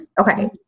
okay